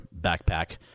backpack